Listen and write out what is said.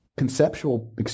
Conceptual